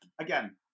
again